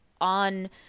on